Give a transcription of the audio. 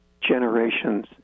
generations